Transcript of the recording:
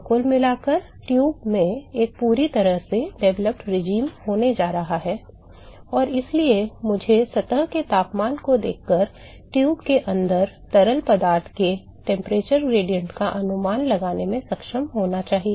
तो कुल मिलाकर ट्यूब में एक पूरी तरह से विकसित शासन होने जा रहा है और इसलिए मुझे सतह के तापमान को देखकर ट्यूब के अंदर तरल पदार्थ के तापमान ढाल का अनुमान लगाने में सक्षम होना चाहिए